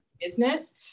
business